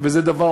וזה דבר,